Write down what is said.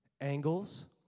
angles